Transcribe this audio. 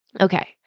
Okay